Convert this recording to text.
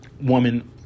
woman